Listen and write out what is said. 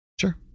Sure